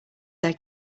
their